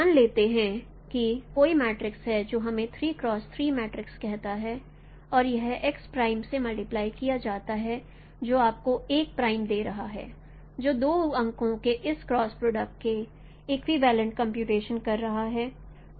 मैं लेते हैं कि कोई मैट्रिक्स है जो हमें मैट्रिक्स कहता है और यह x प्राइम से मल्टीप्लाई किया जाता है जो आपको 1 प्राइम दे रहा है जो 2 अंकों के इस क्रॉस प्रोडक्ट के इक्विवलेंट कंप्यूटेशन कर रहा है